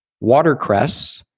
watercress